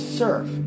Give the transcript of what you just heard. serve